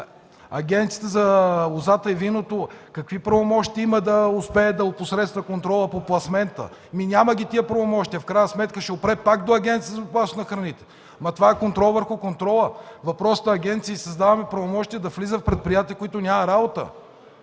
Агенцията по лозата и виното какви правомощия има, за да успее да опосредства контрола по пласмента? Няма ги тези правомощия, в крайна сметка ще опре пак до Агенцията по безопасност на храните. Ама това е контрол върху контрола. На въпросната агенция й създаваме правомощия да влиза в предприятия, в които няма работа.